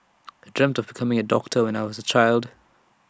I dreamt of becoming A doctor when I was A child